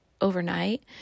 overnight